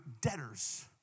debtors